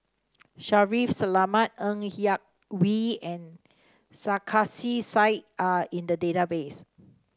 Shaffiq Selamat Ng Yak Whee and Sarkasi Said are in the database